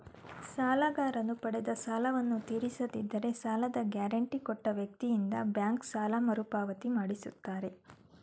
ಸಾಲಗಾರನು ಪಡೆದ ಸಾಲವನ್ನು ತೀರಿಸದಿದ್ದರೆ ಸಾಲದ ಗ್ಯಾರಂಟಿ ಕೊಟ್ಟ ವ್ಯಕ್ತಿಯಿಂದ ಬ್ಯಾಂಕ್ ಸಾಲ ಮರುಪಾವತಿ ಮಾಡಿಸುತ್ತಾರೆ